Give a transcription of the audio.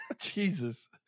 Jesus